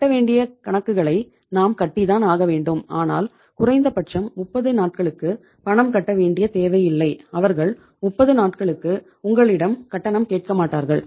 கட்ட வேண்டிய கணக்குகளை நாம் கட்டி தான் ஆக வேண்டும் ஆனால் குறைந்தபட்சம் 30 நாட்களுக்கு பணம் கட்ட வேண்டிய தேவை இல்லை அவர்கள் 30 நாட்களுக்கு உங்களிடம் கட்டணம் கேட்கமாட்டார்கள்